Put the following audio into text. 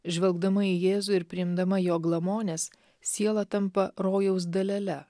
žvelgdama į jėzų ir priimdama jo glamones siela tampa rojaus dalele